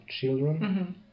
children